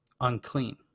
unclean